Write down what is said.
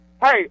Hey